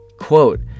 Quote